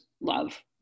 love